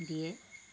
দিয়ে